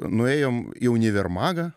nuėjom į univermagą